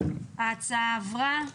ההצעה עברה.